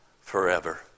forever